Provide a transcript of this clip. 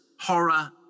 horror